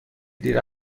دیر